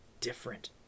different